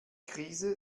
krise